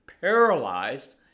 paralyzed